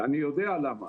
אני יודע למה